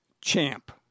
champ